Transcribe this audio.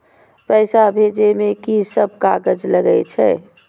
पैसा भेजे में की सब कागज लगे छै?